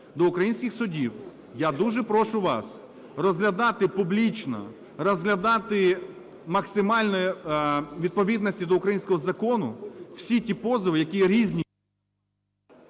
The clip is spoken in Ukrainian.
до українських судів. Я дуже прошу вас розглядати публічно, розглядати максимально у відповідності до українського закону всі ті позови, які різні…